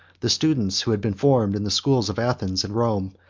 the students, who had been formed in the schools of athens and rome,